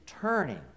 turning